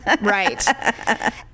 Right